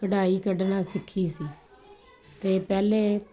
ਕਢਾਈ ਕੱਢਣਾ ਸਿੱਖੀ ਸੀ ਅਤੇ ਪਹਿਲੇ